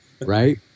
right